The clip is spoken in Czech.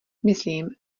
myslím